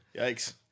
Yikes